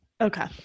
Okay